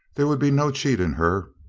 there would be no cheat in her.